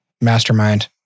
mastermind